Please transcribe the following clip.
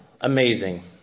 amazing